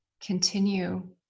continue